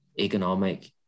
economic